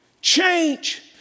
Change